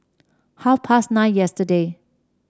half past nine yesterday